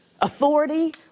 authority